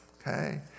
Okay